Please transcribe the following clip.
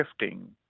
shifting